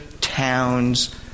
towns